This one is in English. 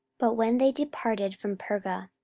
but when they departed from perga,